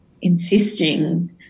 insisting